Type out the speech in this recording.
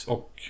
Och